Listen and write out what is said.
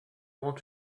want